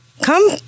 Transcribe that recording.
Come